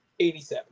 87